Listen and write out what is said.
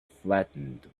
flattened